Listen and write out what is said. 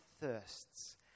thirsts